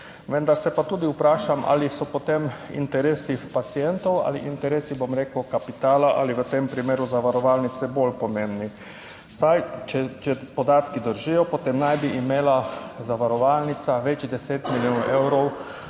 Vendar se pa tudi vprašam, ali so potem interesi pacientov ali interesi, bom rekel, kapitala ali v tem primeru zavarovalnice bolj pomembni. Saj če ti podatki držijo, potem naj bi imela zavarovalnica več deset milijonov evrov